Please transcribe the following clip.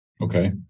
Okay